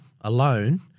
alone